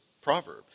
proverb